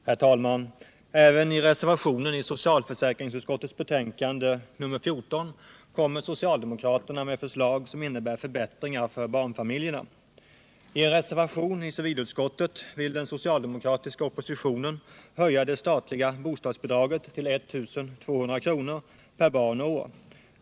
Herr talman! Även i reservationen vid socialförsäkringsutskottets betänkande nr 14 lägger socialdemokraterna fram förslag som innebär förbättringar för barnfamiljerna. I en reservation vid civilutskottets betänkande nr 7 föreslår den socialdemokratiska oppositionen en höjning av det statliga bostadsbidraget till 1 200 kr. per barn och år.